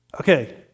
Okay